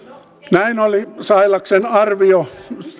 näin oli sailaksen arvio en